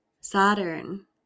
Saturn